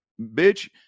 Bitch